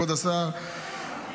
כבוד השר,